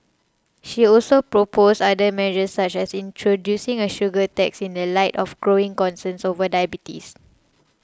she also proposed other measures such as introducing a sugar tax in the light of growing concerns over diabetes